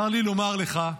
צר לי לומר לך,